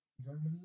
Germany